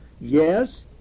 yes